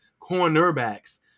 cornerbacks